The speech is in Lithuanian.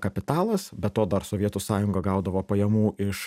kapitalas be to dar sovietų sąjunga gaudavo pajamų iš